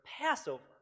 Passover